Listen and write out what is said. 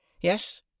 Yes